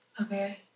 okay